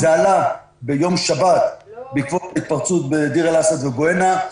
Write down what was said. זה עלה ביום שבת בעקבות התפרצות בדיר אל אסד ובבעינה.